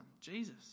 Jesus